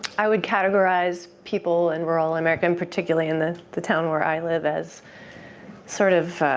i would categorize people in rural america, and particularly in the the town where i live, as sort of